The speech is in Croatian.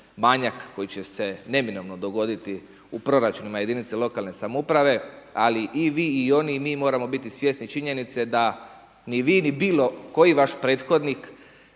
manjak koji će se neminovno dogoditi u proračunima jedinica lokalne samouprave. Ali i vi i oni i mi moramo biti svjesni činjenice da ni vi ni bilo koji vaš prethodnik